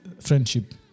friendship